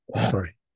Sorry